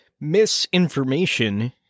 misinformation